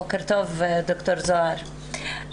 בוקר טוב ד"ר זהר.